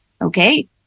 Okay